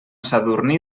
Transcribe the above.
sadurní